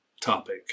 topic